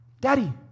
Daddy